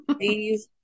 please